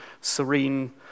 serene